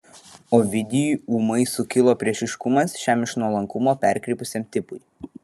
ovidijui ūmai sukilo priešiškumas šiam iš nuolankumo perkrypusiam tipui